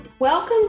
Welcome